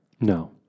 No